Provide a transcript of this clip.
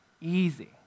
easy